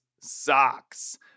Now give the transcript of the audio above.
socks